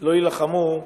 לא יילחמו,